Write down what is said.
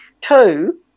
Two